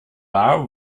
are